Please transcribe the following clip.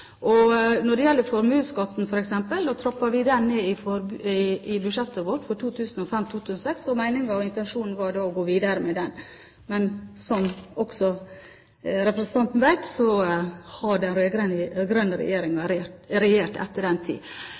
Samarbeidsregjeringen. Når det gjelder formuesskatten, f.eks., trappet vi den ned i budsjettet vårt for 2005–2006, og intensjonen vår var da å gå videre med det. Men som også representanten vet, har de rød-grønne regjert etter den tid.